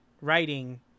writing